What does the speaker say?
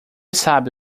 sabe